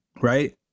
Right